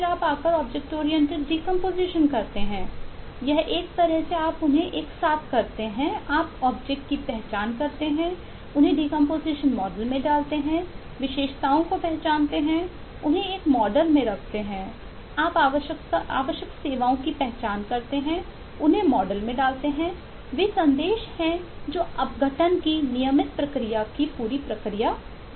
आप केवल ऑब्जेक्ट में डालते हैं विशेषताओं को पहचानते हैं उन्हें एक मॉडल में रखते हैं आप आवश्यक सेवाओं की पहचान करते हैं उन्हें मॉडल में डालते हैं वे संदेश हैं जो अपघटन की नियमित प्रक्रिया की पूरी प्रक्रिया होगी